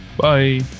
Bye